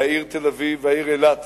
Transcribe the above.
והעיר תל-אביב והעיר אילת,